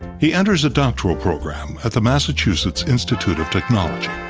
he enters a doctoral program at the massachusetts institute of technology.